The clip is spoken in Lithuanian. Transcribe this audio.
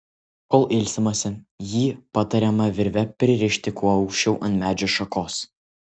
kol ilsimasi jį patariama virve pririšti kuo aukščiau ant medžio šakos